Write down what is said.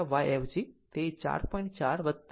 4 j 0